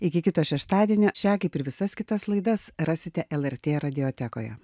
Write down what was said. iki kito šeštadienio šią kaip ir visas kitas laidas rasite lrt radiotekoje